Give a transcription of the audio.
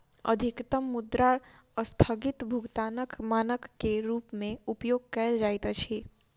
अधिकतम मुद्रा अस्थगित भुगतानक मानक के रूप में उपयोग कयल जाइत अछि